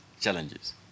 challenges